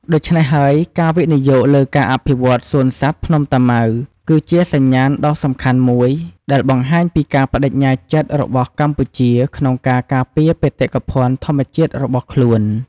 ដូច្នេះហើយ ការវិនិយោគលើការអភិវឌ្ឍន៍សួនសត្វភ្នំតាម៉ៅ គឺជាសញ្ញាណដ៏សំខាន់មួយដែលបង្ហាញពីការប្តេជ្ញាចិត្តរបស់កម្ពុជាក្នុងការការពារបេតិកភណ្ឌធម្មជាតិរបស់ខ្លួន។